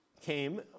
came